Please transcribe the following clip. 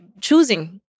choosing